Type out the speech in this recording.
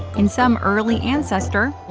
in some early ancestor,